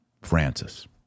Francis